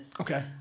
Okay